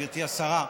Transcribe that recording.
גברתי השרה,